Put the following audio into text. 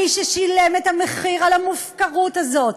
מי ששילם את המחיר על ההפקרות הזאת,